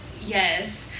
yes